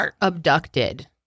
abducted